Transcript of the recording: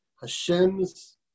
Hashem's